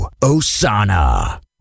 osana